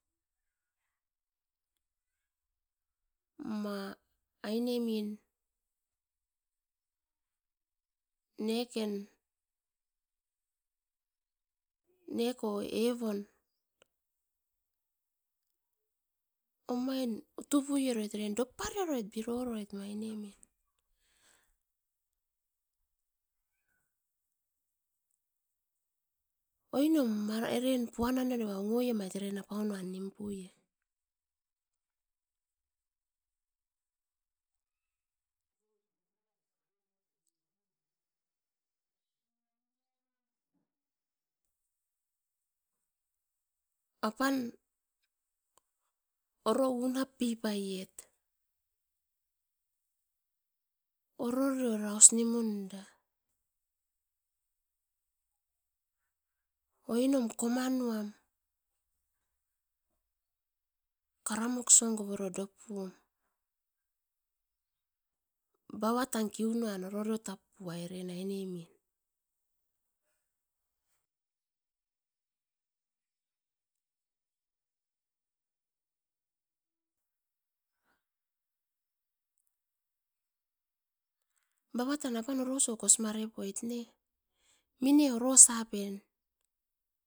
Ma aine min neken neko eivon, omain utupui eroit dopari oroit biro roit no aine min, oinom era puanan nua noa ongoim doit eran nim puie. Apan oro unap pii paiet oroio era os nimutu era, oinom koma nuam. Karamoxion ko porio dup pum bava tan kunuan orori tap puai eren aine min babatan apan oroso kosi nga repoit ne, mine oros apen.